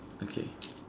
okay